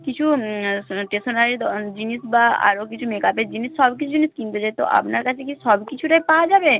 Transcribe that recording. কিছু টেশনারি জিনিস বা আরো কিছু মেকআপের জিনিস সব কিছু জিনিস কিনতে চাই তো আপনার কাছে কি সব কিছুটাই পাওয়া যাবে